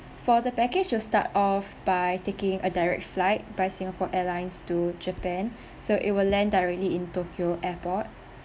for the package will start off by taking a direct flight by singapore airlines to japan so it will land directly in tokyo airport